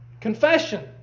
confession